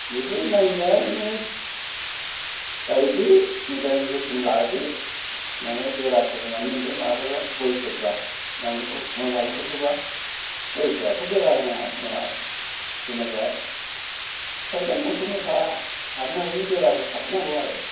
बेखौ नायनाया बे गायदों मोजाङै जोथोन लादो माने बेराफोर होनानै दोनदो माबाफोरबा गयफोरबा नारेंखल नारेंखलफोरबा गयफ्राथ' बेरा होनाङा माबा जेनेबा सायदाव मोसौ मोसा हाबनो हायैनि बेराफोर खाथेनांगौ आरो